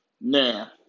now